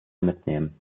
mitnehmen